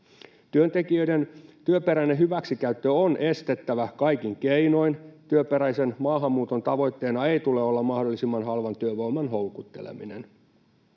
Työntekijöiden työperäinen hyväksikäyttö on estettävä kaikin keinoin. Työperäisen maahanmuuton tavoitteena ei tule olla mahdollisimman halvan työvoiman houkutteleminen.